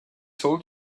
told